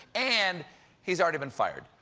and he's already been fired.